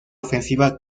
ofensiva